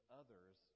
others